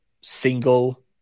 single